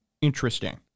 interesting